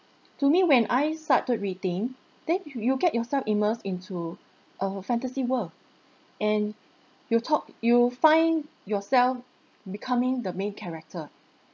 to me when I started reading then you you'll get yourself immersed into a fantasy world and you'll talk you find yourself becoming the main character